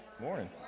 morning